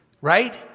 Right